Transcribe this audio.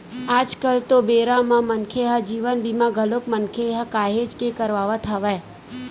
आज कल तो बेरा म मनखे ह जीवन बीमा घलोक मनखे ह काहेच के करवात हवय